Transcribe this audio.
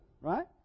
right